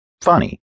Funny